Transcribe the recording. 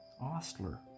Ostler